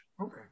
Okay